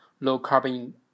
low-carbon